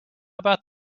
about